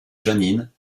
jeanine